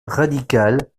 radical